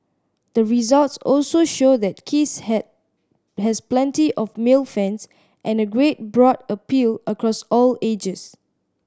the results also show that kiss had has plenty of male fans and a great broad appeal across all ages